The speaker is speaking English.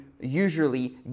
usually